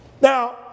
Now